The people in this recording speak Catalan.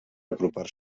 apropar